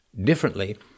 differently